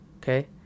Okay